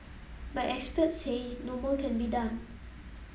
but experts say no more can be done